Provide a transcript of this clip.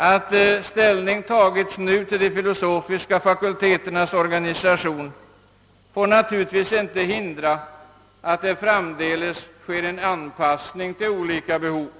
Att det nu tagits ställning till de filosofiska fakulteternas organisation får naturligtvis inte hindra att det framdeles sker en anpassning med hänsyn till olika behov.